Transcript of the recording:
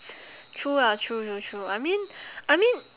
true ah true true true I mean I mean